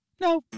No